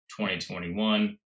2021